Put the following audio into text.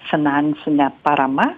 finansinė parama